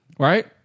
Right